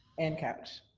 and couch.